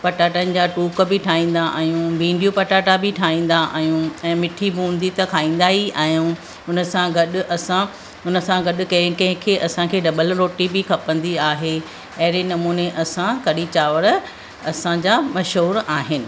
पटाटनि जा टूक बि ठाहींदा आहियूं भिंडियूं पटाटा बि ठाहींदा आहियूं ऐं मिठी बुंदी बि त खाईंदा ई आहियूं हुन सां गॾु असां हुन सां गॾु कंहिं कंहिंखे असांखे ॾबल रोटी बि खपंदी आहे अहिड़े नमूने असां कढ़ी चांवर असांजा मशहूरु आहिनि